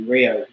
Rio